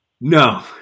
no